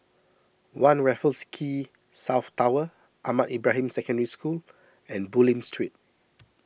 one Raffles Quay South Tower Ahmad Ibrahim Secondary School and Bulim Street